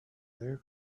their